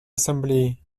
ассамблеи